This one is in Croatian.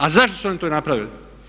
A zašto su oni to napravili?